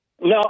No